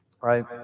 Right